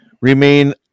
remain